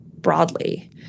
broadly